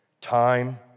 Time